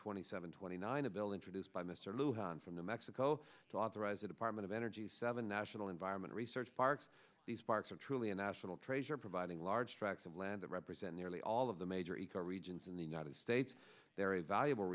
twenty seven twenty nine a bill introduced by mr lew hahn from the mexico to authorize a department of energy seven national environment research parks these parks are truly a national treasure providing large tracts of land that represent nearly all of the major eco regions in the united states they're a valuable